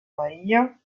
maria